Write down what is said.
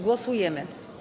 Głosujemy.